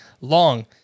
long